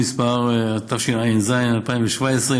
התשע"ז 2017,